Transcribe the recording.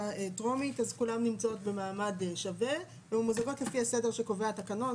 טרומית כולן נמצאות במעמד שווה וממוזגות לפי הסדר שקובע התקנון.